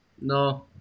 No